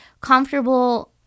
comfortable